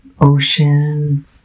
ocean